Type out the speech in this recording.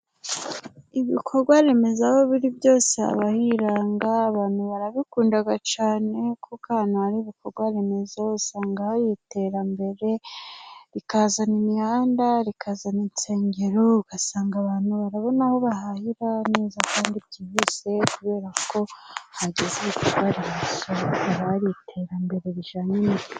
Ibikorwa remezo aho biri byose haba hiranga, abantu barabikundaga cyane. Kuko ahantu hari ibikorwa remezo usanga hari iterambere, rikazana imihanda, rikazana insengero, ugasanga abantu barabona aho bahahira neza kandi byihuse, kubera ko hageze ibikoresho, hakaba hari iterambere rijyanye n'igihe.